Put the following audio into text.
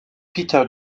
peter